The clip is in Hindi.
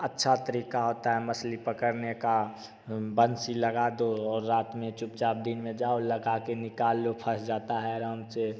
अच्छा तरीक़ा होता है मछली पकड़ने का बंसी लगा दो और रात में चुपचाप दिन में जाओ लगाके निकाल लो फँस जाता है आराम से